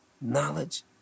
knowledge